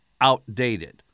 outdated